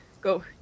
go